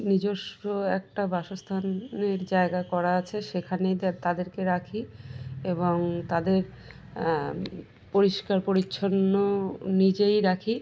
নিজস্ব একটা বাসস্থানের জায়গা করা আছে সেখানেই তাদেরকে রাখি এবং তাদের পরিষ্কার পরিচ্ছন্ন নিজেই রাখি